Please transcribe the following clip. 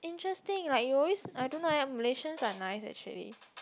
interesting like you always I don't know leh Malaysians are nice actually